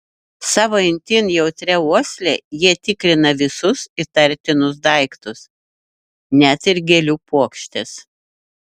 savo itin jautria uosle jie tikrina visus įtartinus daiktus net ir gėlių puokštes